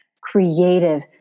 Creative